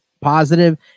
positive